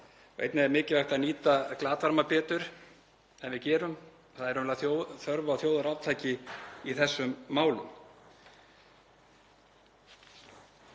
Einnig er mikilvægt að nýta glatvarma betur en við gerum. Það er í rauninni þörf á þjóðarátaki í þessum málum.